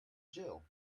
jail